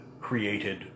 created